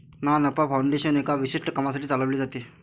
ना नफा फाउंडेशन एका विशिष्ट कामासाठी चालविले जाते